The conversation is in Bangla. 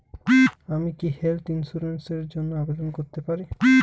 আমি কি হেল্থ ইন্সুরেন্স র জন্য আবেদন করতে পারি?